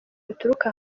bituruka